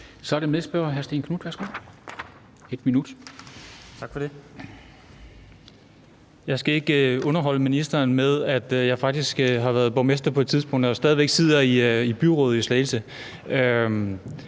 1 minut. Kl. 13:14 Stén Knuth (V): Tak for det. Jeg skal ikke underholde ministeren med, at jeg faktisk har været borgmester på et tidspunkt og stadig væk sidder i byrådet i Slagelse.